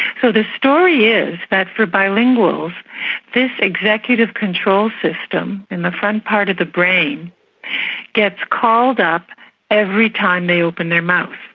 so the story is that for bilinguals this executive control system in the front part of the brain gets called up every time they open their mouth,